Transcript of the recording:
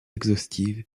exhaustive